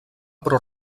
però